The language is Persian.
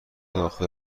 داخل